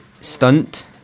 Stunt